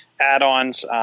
add-ons